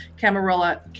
Camarilla